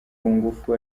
kungufu